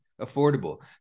affordable